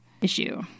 issue